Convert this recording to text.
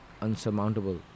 unsurmountable